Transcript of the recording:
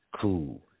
Cool